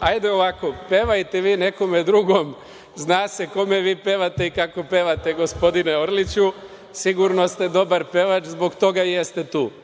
hajde ovako, pevajte vi nekome drugom, zna se kome vi pevate i kako pevate, gospodine Orliću. Sigurno ste dobar pevač i zbog toga jeste tu. Vi